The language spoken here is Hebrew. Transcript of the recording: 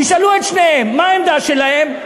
תשאלו את שניהם, מה העמדה שלהם?